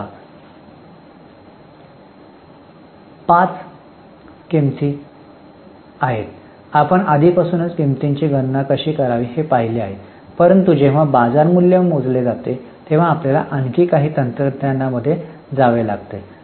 आता पहा पाच किंमती आहेत की आपण आधीपासूनच किंमतीची गणना कशी करावी हे पाहिले आहे परंतु जेव्हा बाजार मूल्य मोजले जाते तेव्हा आपल्याला आणखी तंत्रज्ञानामध्ये जावे लागते